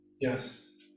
Yes